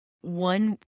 one